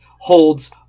holds